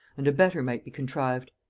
and a better might be contrived.